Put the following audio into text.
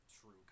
true